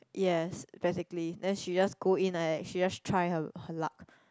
yes basically then she just go in like that she just try her her luck